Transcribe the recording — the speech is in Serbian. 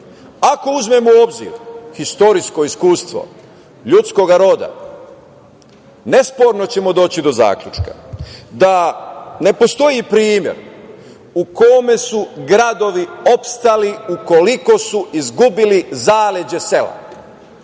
Ako uzmemo u obzir istorijsko iskustvo ljudskoj roda, nesporno ćemo doći do zaključka da ne postoji primer u kome su gradovi opstali ukoliko su izgubili zaleđe sela.